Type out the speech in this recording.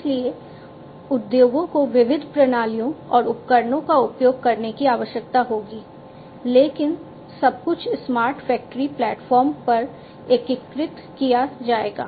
इसलिए उद्योगों को विविध प्रणालियों और उपकरणों का उपयोग करने की आवश्यकता होगी लेकिन सब कुछ स्मार्ट फैक्टरी प्लेटफॉर्म पर एकीकृत किया जाएगा